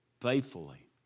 faithfully